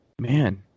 man